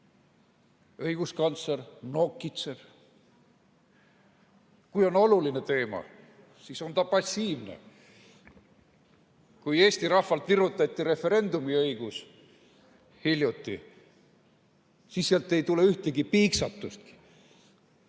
õiguskantsler nokitseb. Kui on oluline teema, siis on ta passiivne. Kui Eesti rahvalt hiljuti virutati referendumi õigus, siis sealt ei tulnud ühtegi piiksatust.